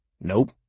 Nope